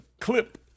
clip